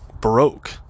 broke